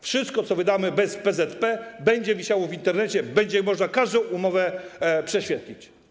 Wszystko, co wydamy bez PZP, będzie wisiało w Internecie, będzie można każdą umowę prześwietlić.